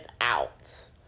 out